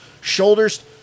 shoulders